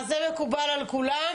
זה מקובל על כולם.